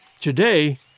Today